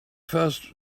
first